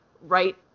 right